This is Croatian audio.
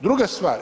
Druga stvar.